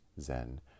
Zen